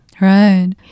Right